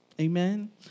Amen